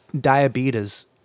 diabetes